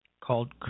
called